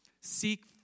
Seek